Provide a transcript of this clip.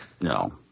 No